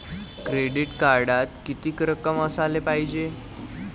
Credit कार्डात कितीक रक्कम असाले पायजे?